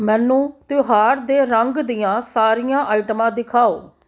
ਮੈਨੂੰ ਤਿਉਹਾਰ ਦੇ ਰੰਗ ਦੀਆਂ ਸਾਰੀਆਂ ਆਈਟਮਾਂ ਦਿਖਾਓ